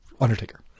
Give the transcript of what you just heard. Undertaker